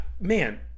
man